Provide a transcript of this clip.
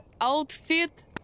outfit